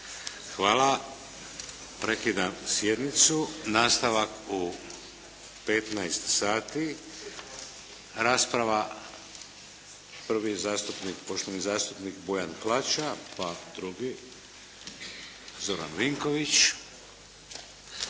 Hvala. Prekidam sjednicu. Nastavak u 15 sati. Rasprava, prvi je zastupnik, poštovani zastupnik Bojan Hlača, pa drugi Zoran Vinković.